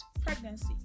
pregnancy